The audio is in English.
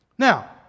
Now